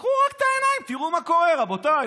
רק תפתחו את העיניים, תראו מה קורה, רבותיי.